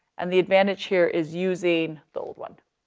and the advantage here is using the old one.